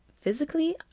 physically